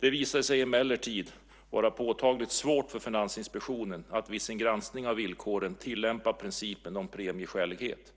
Det visade sig emellertid vara påtagligt svårt för Finansinspektionen att vid sin granskning av villkoren tillämpa principen om premieskälighet.